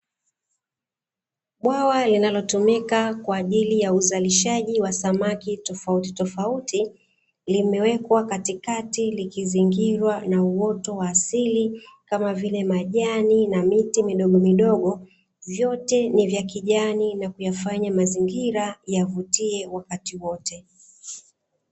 Bwawa linalotumika kwa ajili ya uzalishaji wa samaki tofautitofauti, limewekwa katikati likizingirwa na uoto wa asili. Kama vile majani na miti midogomidogo, vyote ni vya kijani na kuyafanya mazingira yavutie wakati wote.